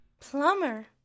Plumber